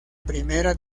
primera